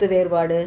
கருத்து வேறுபாடு